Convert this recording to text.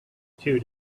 two